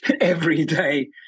everyday